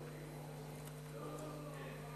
הישיבה הבאה תתקיים ביום רביעי, כ' בטבת